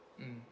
mm